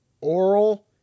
oral